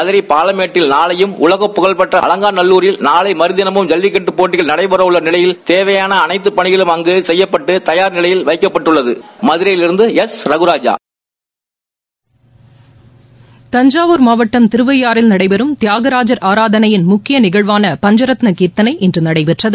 மதுரை பாலமேட்டில் நாளையும் உலகப்புகழ்பெற்ற அவங்காநல்லூரில் நாளை மறதினழும் ஜல்லிக்கட்டுப் போட்டிகள் நடைபெறவுள்ள நிலையில் தேவையாள அனைத்து பணிகளும் அங்கு செய்யப்பட்டு தயார் நிலையில் வைக்கப்பட்டுள்ளது மதுரையிலிருந்து எஸ் ரகுராஜா தஞ்சாவூர் மாவட்டம் திருவையாறில் நடைபெறும் தியாகராஜர் ஆராதனையின் முக்கிய நிகழ்வான பஞ்சரத்ன கீர்த்தனை இன்று நடைபெற்றது